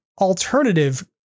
alternative